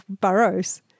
burrows